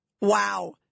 Wow